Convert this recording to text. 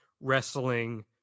wrestling